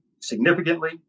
significantly